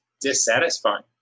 dissatisfying